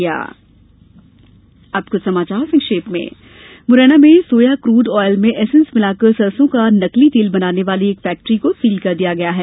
Morena factory seal Morena में soya crude oil में essence मिलाकर सरसों का नकली तेल बनाने वाली एक फैक्ट्री को सील कर दिया गया है